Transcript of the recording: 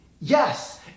Yes